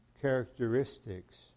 characteristics